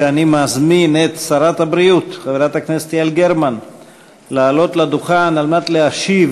ואני מזמין את שרת הבריאות חברת הכנסת יעל גרמן לעלות לדוכן כדי להשיב